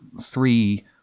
three